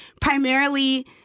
primarily